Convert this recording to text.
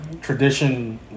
Tradition